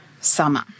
summer